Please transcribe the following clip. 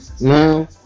Now